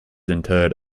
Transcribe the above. interred